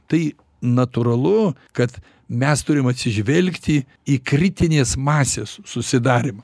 tai natūralu kad mes turim atsižvelgti į kritinės masės susidarymą